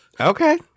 Okay